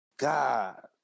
God